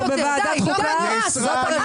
אל תביני.